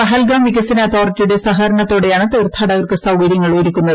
പഹൽഗാം വികസന അതോറിറ്റിയുടെ സഹകരണത്തോടെയാണ് തീർത്ഥാടകർക്ക് സൌകര്യങ്ങൾ ഒരുക്കുന്നത്